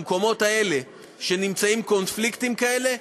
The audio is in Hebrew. במקומות האלה שיש קונפליקטים כאלה,